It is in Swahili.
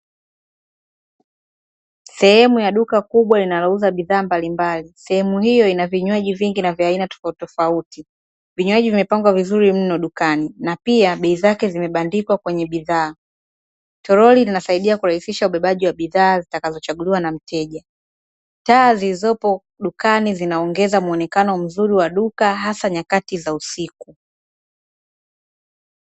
Sehemu ya duka kubwa linalouza bidhaa mbalimbali, sehemu hiyo ina vinywaji vingi na vya aina tofautitofauti, vinywaji vimepangwa vizuri mno dukani, na pia bei zake zimebandikwa kwenye bidhaa. Toroli linasaidia kurahisisha ubebaji wa bidhaa zitakazochaguliwa na mteja. Taa zilizopo dukani zinaongeza muonekano mzuri wa duka, hasa nyakati za usiku.